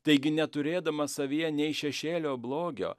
taigi neturėdamas savyje nei šešėlio blogio